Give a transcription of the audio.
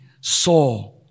saw